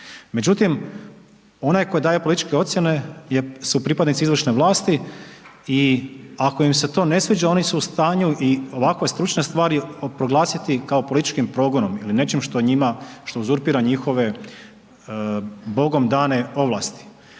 Međutim, onaj koji daje političke ocjene je, su pripadnici izvršne vlasti i ako im se to ne sviđa oni su u stanju i ovakve stručne stvari proglasiti kao političkim progonom ili nečim što uzurpira njihove bogom dane ovlasti.